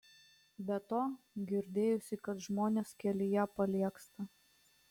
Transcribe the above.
be to girdėjusi kad žmonės kelyje paliegsta